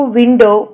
window